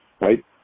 right